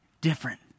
different